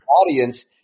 audience